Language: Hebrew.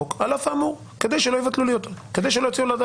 אבל בזמנו בחוקה בהסכמה הם חשבו על זה שאם עושים את זה רק בדיעבד